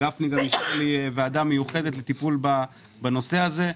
גפני הקים ועדה מיוחדת לטיפול בנושא הזה.